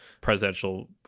presidential